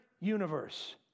universe